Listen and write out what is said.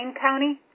County